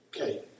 Okay